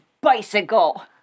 bicycle